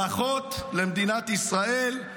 ברכות למדינת ישראל,